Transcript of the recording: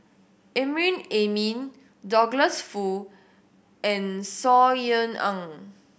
Amrin Amin Douglas Foo and Saw Ean Ang